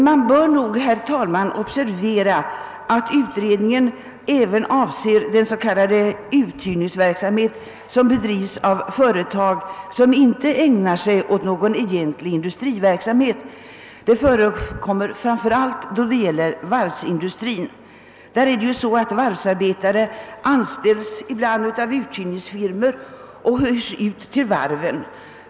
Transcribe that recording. Man bör nog, herr talman, observera att utredningen även avser den s.k. ut hyrningsverksamhet som bedrivs av företag som inte ägnar sig åt någon egentlig industriverksamhet. Detta förekommer framför allt inom varvsindustrin. Varvsarbetare anställs av uthyrningsfirmor och hyrs ut till varven.